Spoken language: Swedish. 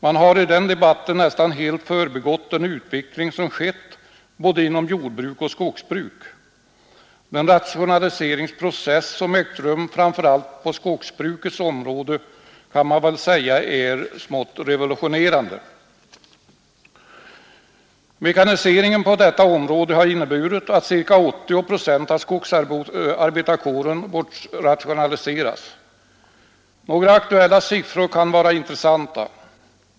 Man har i den debatten nästan helt förbigått den utveckling som skett inom både jordbruk och skogsbruk. Den rationaliseringsprocess som ägt rum, framför allt på skogsbrukets område, är ju revolutionerande. Mekaniseringen på detta område har inneburit att ca 80 procent av skogsarbetarkåren bortrationaliserats. Några aktuella siffror kan vara intressanta.